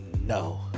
no